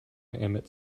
emmett